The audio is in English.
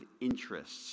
interests